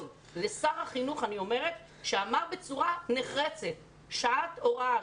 לשר החינוך שאמר בצורה נחרצת שעת הוראה,